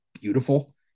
beautiful